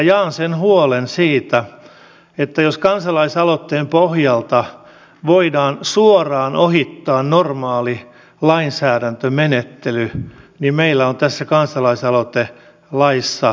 jaan sen huolen siitä että jos kansalaisaloitteen pohjalta voidaan suoraan ohittaa normaali lainsäädäntömenettely niin meillä on tässä kansalaisaloitelaissa valuvika